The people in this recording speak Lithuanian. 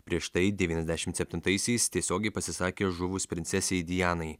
prieš tai devyniasdešimt septintaisiais tiesiogiai pasisakė žuvus princesei dianai